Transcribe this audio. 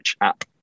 app